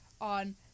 on